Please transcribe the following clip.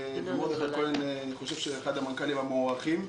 אני חושב שמרדכי כהן הוא אחד המנכ"לים המוערכים.